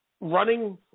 running